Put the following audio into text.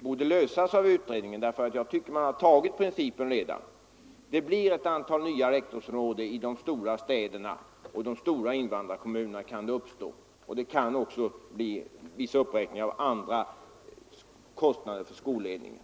bör lösas av utredningen. Man har redan tagit principen; det blir ett antal nya rektorsområden i de stora städerna och i de stora invandrarkommunerna. Det kan också bli en viss uppräkning av andra kostnader för skolledningen.